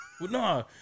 No